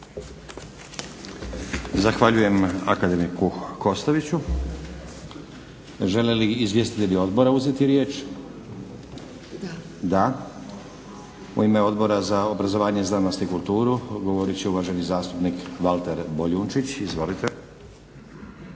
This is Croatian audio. Zahvaljujem akademiku Kostoviću. Žele li izvjestitelji odbora uzeti riječ? Da. U ime Odbora za obrazovanje, znanost i kulturu odgovorit će uvaženi zastupnik Valter Boljunčić. Izvolite.